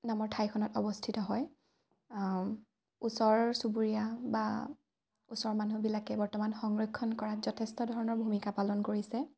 নামৰ ঠাইখনত অৱস্থিত হয় ওচৰ চুবুৰীয়া বা ওচৰ মানুহবিলাকে বৰ্তমান সংৰক্ষণ কৰাত যথেষ্ট ধৰণৰ ভূমিকা পালন কৰিছে